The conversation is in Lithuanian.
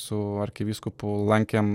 su arkivyskupu lankėm